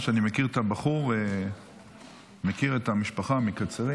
אני מכיר את הבחור, מכיר את המשפחה מקצרין.